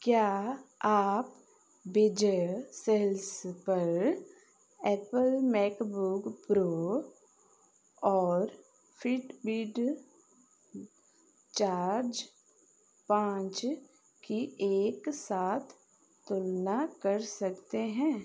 क्या आप विजय सेल्स पर एप्पल मैकबुक प्रो और फिटबिड चार्ज पाँच की एक साथ तुलना कर सकते हैं